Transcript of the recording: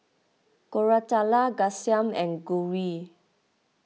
Koratala Ghanshyam and Gauri